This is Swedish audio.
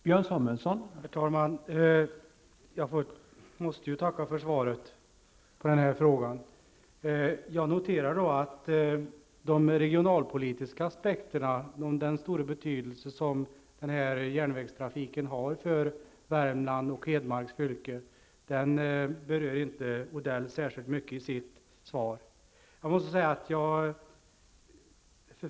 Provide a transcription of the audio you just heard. Herr talman! Jag måste tacka för svaret på den här frågan. Jag noterar att de regionalpolitiska aspekterna och den stora betydelse som den här järnvägstrafiken har för Värmland och Hedmars fylke, berörde inte Odell särskilt mycket i sitt svar.